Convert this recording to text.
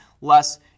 less